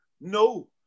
No